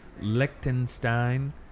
Liechtenstein